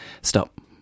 Stop